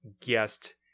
guessed